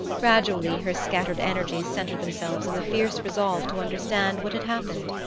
gradually her scattered energies centred themselves in the fierce resolve to understand what had happened.